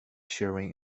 shearing